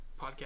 podcast